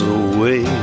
away